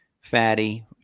fatty